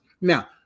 now